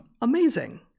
Amazing